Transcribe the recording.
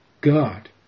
God